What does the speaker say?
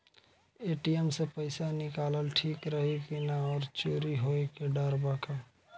ATM से पईसा निकालल ठीक रही की ना और चोरी होये के डर बा का?